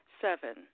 Seven